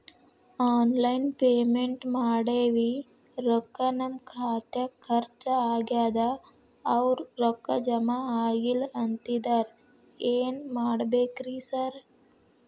Online payment ಮಾಡೇವಿ ರೊಕ್ಕಾ ನಮ್ ಖಾತ್ಯಾಗ ಖರ್ಚ್ ಆಗ್ಯಾದ ಅವ್ರ್ ರೊಕ್ಕ ಜಮಾ ಆಗಿಲ್ಲ ಅಂತಿದ್ದಾರ ಏನ್ ಮಾಡ್ಬೇಕ್ರಿ ಸರ್?